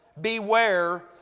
beware